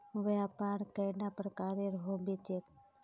व्यापार कैडा प्रकारेर होबे चेक?